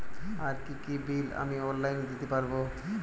আর কি কি বিল আমি অনলাইনে দিতে পারবো?